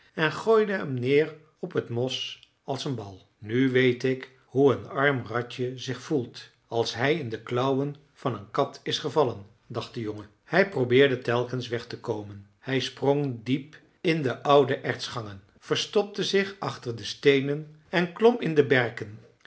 en gooiden hem neer op het mos als een bal nu weet ik hoe een arm ratje zich voelt als hij in de klauwen van een kat is gevallen dacht de jongen hij probeerde telkens weg te komen hij sprong diep in de oude ertsgangen verstopte zich achter de steenen en klom in de berken